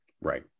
right